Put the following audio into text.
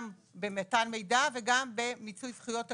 גם במתן מידע וגם במיצוי זכויות אקטיבי.